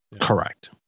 Correct